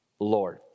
Lord